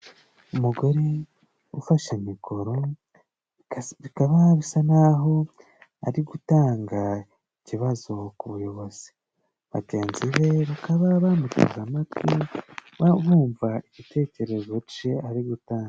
Umugore ufashe mikoro bikaba bisa n'aho ari gutanga ikibazo ku buyobozi, bagenzi be bakaba bamuteze amatwi bumva igitekerezo cye ari gutanga.